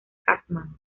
cartman